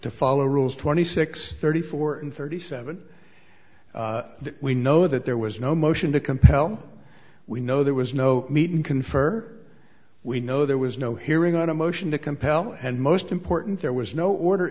to follow rules twenty six thirty four and thirty seven we know that there was no motion to compel we know there was no meeting confer we know there was no hearing on a motion to compel and most important there was no order